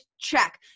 check